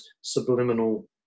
subliminal